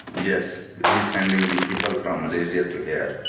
yes, he is sending the people from malaysia to here.